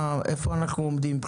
איפה אנחנו עומדים?